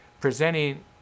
presenting